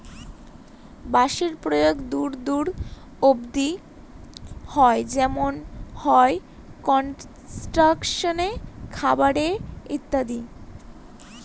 বাঁশের প্রয়োগ দূর দূর অব্দি হয় যেমন হয় কনস্ট্রাকশনে, খাবারে ইত্যাদি